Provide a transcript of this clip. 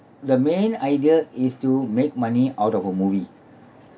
the main idea is to make money out of a movie